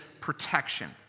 protection